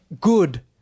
good